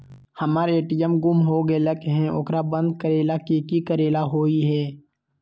हमर ए.टी.एम गुम हो गेलक ह ओकरा बंद करेला कि कि करेला होई है?